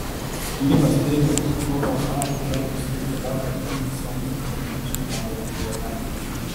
kijevas teigia kad šiuo balsavimu kremlius siekė dar padidinti savo įtaką ginčijamame regione